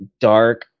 dark